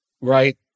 right